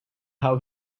how